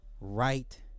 right